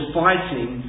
fighting